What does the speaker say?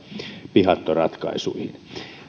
pihattoratkaisuihin